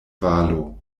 valo